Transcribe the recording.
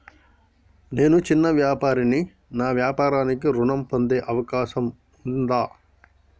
నేను చిన్న వ్యాపారిని నా వ్యాపారానికి ఋణం పొందే అవకాశం ఉందా?